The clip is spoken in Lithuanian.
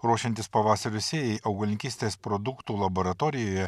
ruošiantis pavasario sėjai augalininkystės produktų laboratorijoje